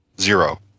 zero